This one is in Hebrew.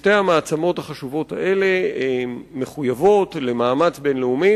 ששתי המעצמות החשובות האלה מחויבות למאמץ בין-לאומי